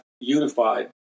unified